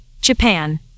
Japan